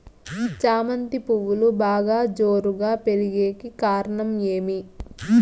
చామంతి పువ్వులు బాగా జోరుగా పెరిగేకి కారణం ఏమి?